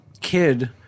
kid